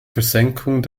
versenkung